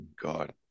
God